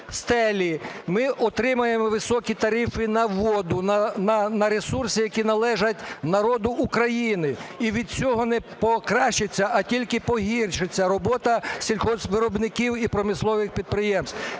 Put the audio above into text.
ми отримаємо високі тарифи на воду, на ресурси, які належать народу України. І від цього не покращиться, я тільки погіршиться робота сільгоспвиробників і промислових підприємств.